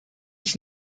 ich